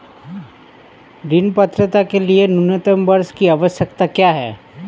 ऋण पात्रता के लिए न्यूनतम वर्ष की आवश्यकता क्या है?